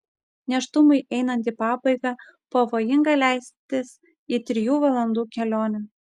nėštumui einant į pabaigą pavojinga leistis į trijų valandų kelionę